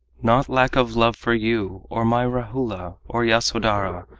not lack of love for you, or my rahula or yasodhara,